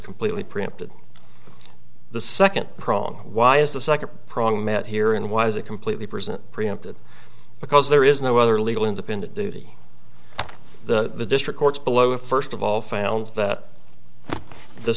completely preempted the second prong why is the second prong met here and why is it completely present preempted because there is no other legal independent duty the district courts below first of all found that the